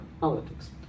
politics